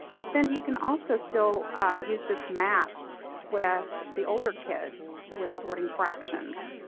but then you can also still use this math with the older kids with sorting fractions.